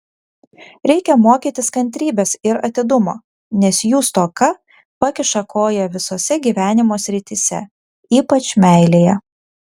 reikia mokytis kantrybės ir atidumo nes jų stoka pakiša koją visose gyvenimo srityse ypač meilėje